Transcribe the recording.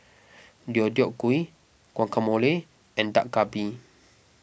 Deodeok Gui Guacamole and Dak Galbi